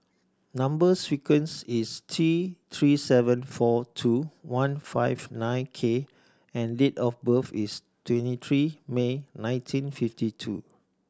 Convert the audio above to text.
number sequence is T Three seven four two one five nine K and date of birth is twenty three May nineteen fifty two